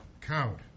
count